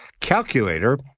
calculator